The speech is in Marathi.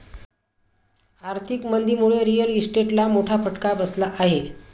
आर्थिक मंदीमुळे रिअल इस्टेटला मोठा फटका बसला आहे